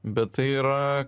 bet tai yra